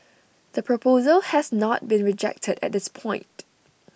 the proposal has not been rejected at this point